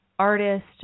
artist